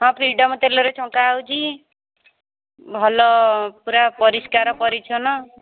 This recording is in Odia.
ହଁ ଫ୍ରିଡ଼ମ୍ ତେଲରେ ଚଙ୍କା ହେଉଛି ଭଲ ପୁରା ପରିଷ୍କାର ପରିଚ୍ଛନ୍ନ